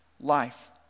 life